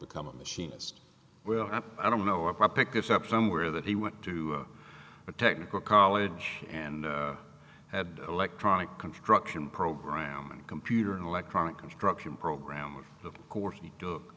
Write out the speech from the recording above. become a machinist well i i don't know i picked this up somewhere that he went to a technical college and had electronic contraption program and computer and electronic construction program which of course he took